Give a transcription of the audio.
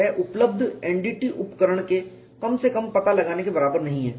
यह उपलब्ध NDT उपकरण के कम से कम पता लगाने के बराबर नहीं है